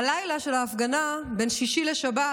בלילה של ההפגנה בין שישי לשבת,